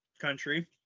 country